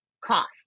cost